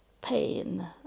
pain